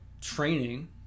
training